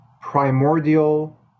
primordial